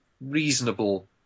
reasonable